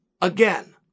again